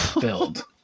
build